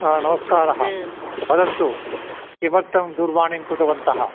हा नमस्कारः वदन्तु किमर्थं दूरवाणीं कृतवन्तः